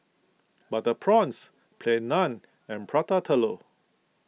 Butter Prawns Plain Naan and Prata Telur